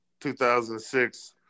2006